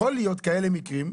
יכולים להיות כאלה מקרים,